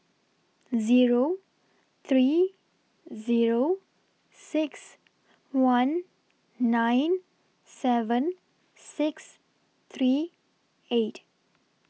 Zero three Zero six one nine seven six three eight